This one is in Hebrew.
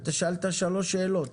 אתה שאלת שלוש שאלות.